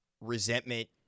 resentment